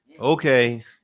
Okay